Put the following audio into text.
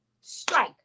Strike